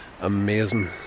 amazing